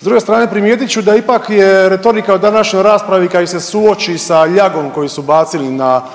S druge strane primijetit ću da ipak je retorika o današnjoj raspravi kad ih se suoči sa ljagom koju su bacili na